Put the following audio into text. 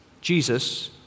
Jesus